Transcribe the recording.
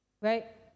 right